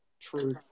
True